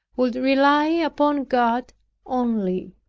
would rely upon god only!